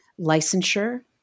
licensure